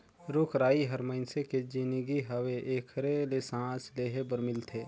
रुख राई हर मइनसे के जीनगी हवे एखरे ले सांस लेहे बर मिलथे